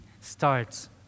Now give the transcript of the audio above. starts